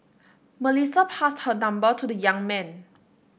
Melissa passed her number to the young man